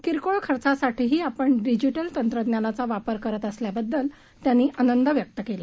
किरकोळ खर्चासाठीही आपण डिजिटल तंत्रज्ञानाचा वापर करत असल्याबद्दल त्यांनी आनंद व्यक्त केला